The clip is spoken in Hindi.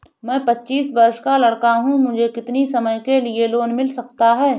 मैं पच्चीस वर्ष का लड़का हूँ मुझे कितनी समय के लिए लोन मिल सकता है?